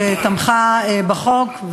שתמכה בחוק,